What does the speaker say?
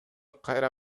кайра